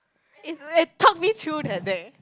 is eh talk me through the day